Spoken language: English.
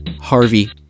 Harvey